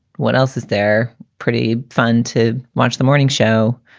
what else is there? pretty fun to watch the morning show.